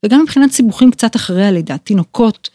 וגם מבחינת סיבוכים קצת אחריה לדעתי נוקות.